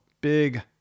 big